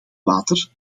water